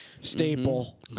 staple